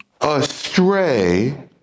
astray